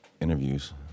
interviews